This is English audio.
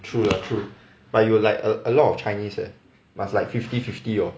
true lah true but you would like a lot of chinese eh must like fifty fifty hor